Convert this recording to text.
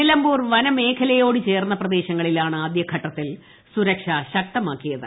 നിലമ്പൂർ വനമേഖലയോട് ചേർന്ന പ്രദേശങ്ങളിലാണ് ആദ്യഘട്ടത്തിൽ സുരക്ഷ ശക്തമാക്കിയത്